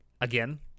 again